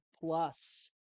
plus